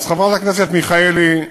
חברת הכנסת מיכאלי,